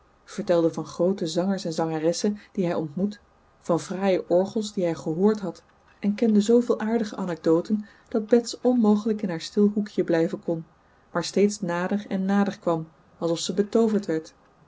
vertelde van groote zangers en zangeressen die hij ontmoet van fraaie orgels die hij gehoord had en kende zoovele aardige anecdoten dat bets onmogelijk in haar stil hoekje blijven kon maar steeds nader en nader kwam alsof ze betooverd werd